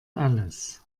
alles